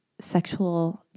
sexual